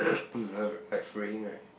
like fraying right